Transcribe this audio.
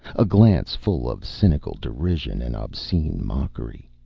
a glance full of cynical derision and obscene mockery.